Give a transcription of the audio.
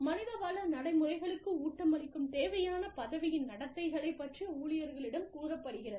மனித வள நடைமுறைகளுக்கு ஊட்டமளிக்கும் தேவையான பதவியின் நடத்தைகளைப் பற்றி ஊழியர்களிடம் கூறப்படுகிறது